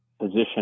position